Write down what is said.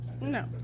No